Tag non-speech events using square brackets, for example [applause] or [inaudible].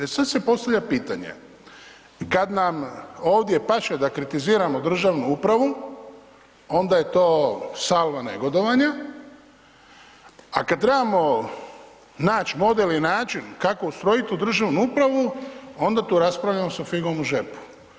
E sada se postavlja pitanje, kada nam ovdje paše da kritiziramo državnu upravu onda je to … [unintelligible] negodovanja, a kada trebamo naći model i način kako ustrojiti tu državnu upravu, onda tu raspravljamo sa figom u džepu.